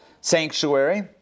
sanctuary